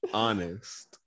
honest